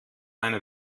eine